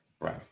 Right